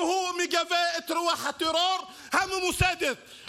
מגבה את רוח הטרור הממוסדת,